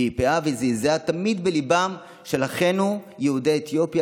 פעפעה וזעזעה תמיד בליבם של אחינו יהודי אתיופיה,